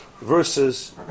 versus